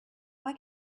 why